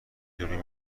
دوربین